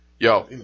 Yo